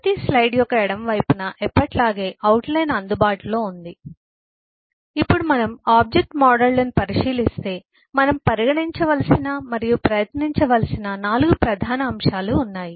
ప్రతి స్లైడ్ యొక్క ఎడమ వైపున ఎప్పటిలాగే అవుట్ లైన్ అందుబాటులో ఉంది ఇప్పుడు మనం ఆబ్జెక్ట్ మోడళ్లను పరిశీలిస్తే మనం పరిగణించవలసిన మరియు ప్రయత్నించవలసిన నాలుగు ప్రధాన అంశాలు ఉన్నాయి